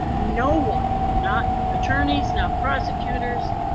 no one. not attorneys, not prosecutors,